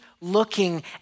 looking